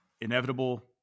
inevitable